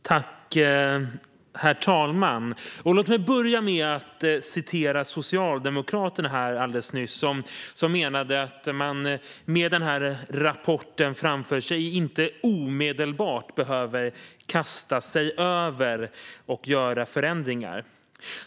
Herr talman! Låt mig börja med att citera Socialdemokraterna, som alldeles nyss menade att man med denna rapport framför sig inte omedelbart behöver "kasta sig över" saker och göra förändringar.